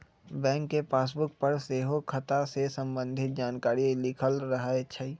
bank के passbook पर सेहो खता से संबंधित जानकारी लिखल रहै छइ